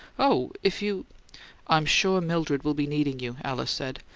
oh, if you i'm sure mildred will be needing you, alice said,